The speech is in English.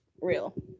real